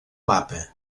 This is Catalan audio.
mapa